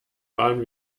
fahren